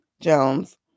Jones